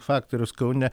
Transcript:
faktorius kaune